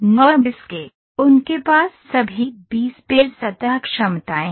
nurbs के उनके पास सभी बी स्पेल सतह क्षमताएं हैं